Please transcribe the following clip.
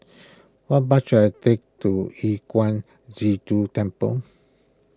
what bus should I take to Yu Huang Zhi Zun Temple